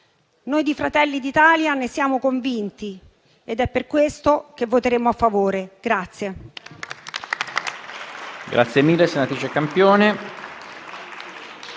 Gruppo Fratelli d'Italia ne siamo convinti ed è per questo che voteremo a favore.